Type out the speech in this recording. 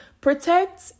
protect